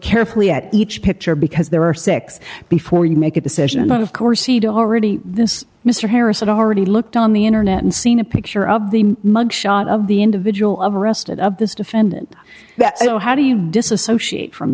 carefully at each picture because there are six before you make a decision and of course he'd already this mr harris had already looked on the internet and seen a picture of the mug shot of the individual of arrested of this defendant so how do you disassociate from